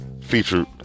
featured